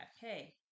Hey